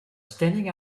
standing